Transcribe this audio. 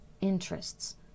interests